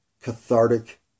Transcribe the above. cathartic